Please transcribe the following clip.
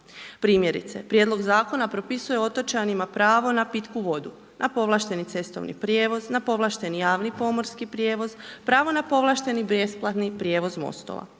Primjerice, prijedlog zakona propisuje otočanima pravo na pitku vodu, na povlašteni cestovni prijevoz, na povlašteni, na povlašteni javni pomorski prijevoz, pravo na povlašteni besplatni prijevoz mostova.